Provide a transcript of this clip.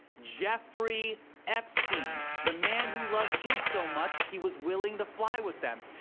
jeffrey epstein. the man who loved kids so much, he was willing to fly with them.